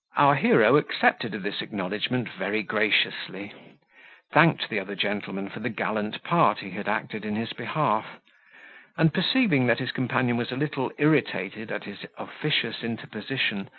our hero accepted of this acknowledgment very graciously thanked the other gentleman for the gallant part he had acted in his behalf and perceiving that his companion was a little irritated at his officious interposition,